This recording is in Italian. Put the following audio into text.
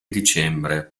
dicembre